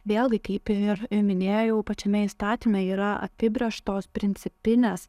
vėlgi kaip ir minėjau pačiame įstatyme yra apibrėžtos principinės